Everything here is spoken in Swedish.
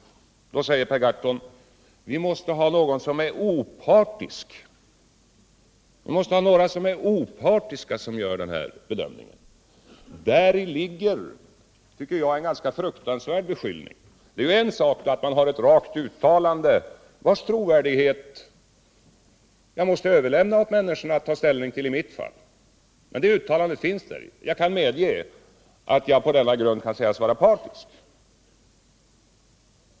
Per Gahrton sade också att vi måste ha några opartiska människor som gör denna bedömning. Däri tycker jag ligger en fruktansvärd beskyllning. En sak är att vi har ett rakt uttalande, vars trovärdighet jag måste överlämna åt Nr 137 människorna att själva ta ställning till i mitt fall. Det uttalandet har gjorts. Jag Tisdagen den kan medge att jag rent teoretiskt på denna grund kan sägas vara partisk.